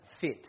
fit